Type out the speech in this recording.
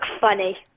funny